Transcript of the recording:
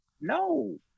no